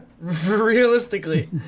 Realistically